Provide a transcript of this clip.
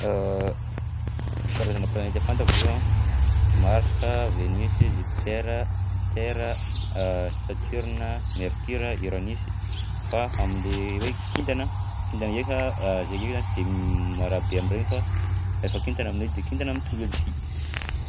Karazana planeta fantako zao a: Marsa, Venus, Jupitera, Terra, Saturna, Mercura, Uranus. Fa am'le hoe kintana, kintana ndraika zahay ake zany sy de ma raha be am'regny fa efa kintana aminay de kintana mitovy aby si.